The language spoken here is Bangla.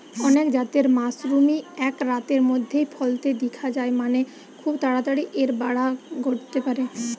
অনেক জাতের মাশরুমই এক রাতের মধ্যেই ফলতে দিখা যায় মানে, খুব তাড়াতাড়ি এর বাড়া ঘটতে পারে